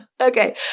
Okay